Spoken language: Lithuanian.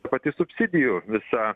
pati subsidijų visa